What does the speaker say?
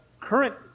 current